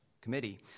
Committee